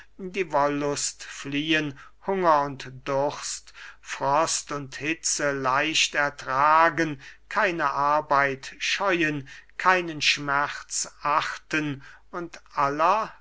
die wollust fliehen hunger und durst frost und hitze leicht ertragen keine arbeit scheuen keinen schmerz achten und aller